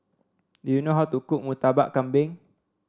do you know how to cook Murtabak Kambing